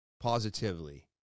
positively